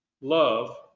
love